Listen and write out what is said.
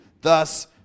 thus